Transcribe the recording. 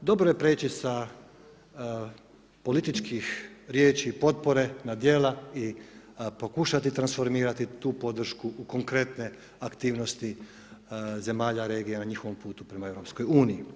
Dobro je priječi sa političkih riječi potpore na djela i pokušati transformirati tu podršku u konkretne aktivnosti zemalja regija ne njihovom putu prema Europskoj uniji.